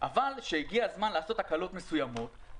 אבל הגיע הזמן לעשות הקלות מסוימות,